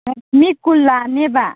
ꯃꯤ ꯀꯨꯟ ꯂꯥꯛꯑꯅꯦꯕ